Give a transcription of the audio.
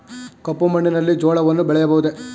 ಕಪ್ಪು ಮಣ್ಣಿನಲ್ಲಿ ಜೋಳವನ್ನು ಬೆಳೆಯಬಹುದೇ?